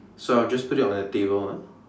so I will just put it on the table ah